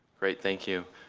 great, thank you,